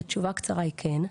התשובה הקצרה היא כן.